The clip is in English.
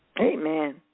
Amen